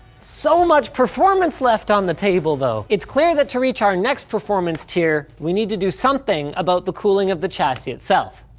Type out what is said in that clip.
so much performance left on the table though. it's clear that to reach our next performance tier we need to do something about the cooling of the chassis itself.